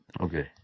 okay